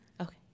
Okay